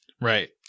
Right